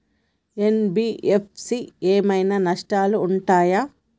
NBFC ఏమైనా నష్టాలు ఉంటయా?